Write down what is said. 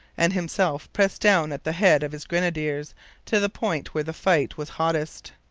and himself pressed down at the head of his grenadiers to the point where the fight was hottest.